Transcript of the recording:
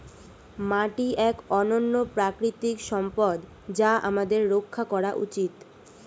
মাটি এক অনন্য প্রাকৃতিক সম্পদ যা আমাদের রক্ষা করা উচিত